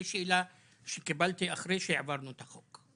זו שאלה שקיבלתי אחרי שהעברנו את החוק.